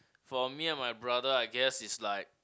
for me and my brother I guess is like